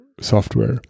software